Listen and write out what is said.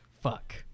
fuck